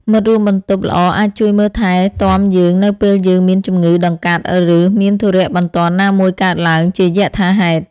មិត្តរួមបន្ទប់ល្អអាចជួយមើលថែទាំយើងនៅពេលយើងមានជំងឺដង្កាត់ឬមានធុរៈបន្ទាន់ណាមួយកើតឡើងជាយថាហេតុ។